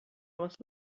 was